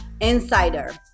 insider